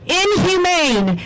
inhumane